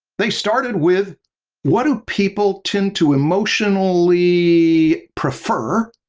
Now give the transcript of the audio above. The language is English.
they started with what do people tend to emotionally prefer,